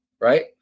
Right